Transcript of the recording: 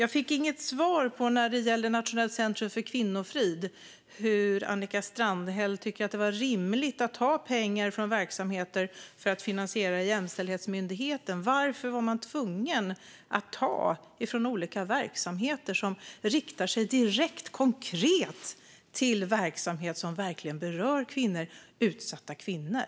Jag fick inget svar på min fråga angående Nationellt centrum för kvinnofrid. Tycker Annika Strandhäll att det var rimligt att ta pengar från verksamheter för att finansiera Jämställdhetsmyndigheten? Varför var man tvungen att ta från olika verksamheter som riktar sig direkt och konkret till utsatta kvinnor?